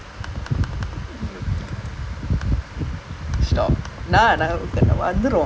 everytime start விட்டா நம்ம போயி சேரலாம்:vitta namma poi saeralaam